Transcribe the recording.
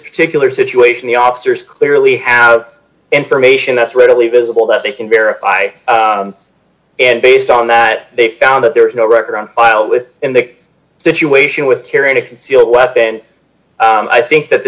particular situation the officers clearly have information that's readily visible that they can verify and based on that they found that there is no record on file with in the situation with carrying a concealed weapon and i think that the